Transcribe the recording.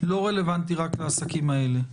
לא רלוונטי רק לעסקים האלה.